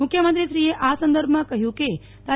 મુખ્યમંત્રીશ્રીએ આ સંદર્ભમાં કહ્યું કે તા